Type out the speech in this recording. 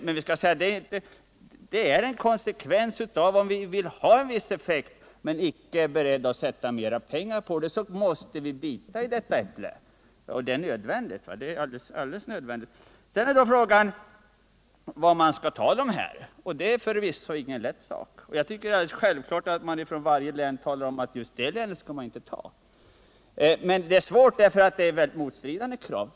Om vi vill ha en viss effekt i försvaret men inte är beredda att satsa mera pengar på det måste vi bita i detta sura äpple. Det är alldeles nödvändigt. Sedan är då frågan vilka man skall ta. Det är förvisso ingen lätt sak att avgöra. Jag tycker det är självklart att man från varje län hävdar att vi inte skall ta dem från just det länet. Detta är svårt därför att det ställs motstridande krav.